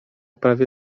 prawie